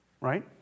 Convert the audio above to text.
right